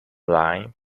line